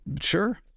Sure